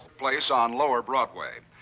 place on lower broadway.